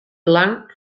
belang